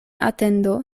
atendo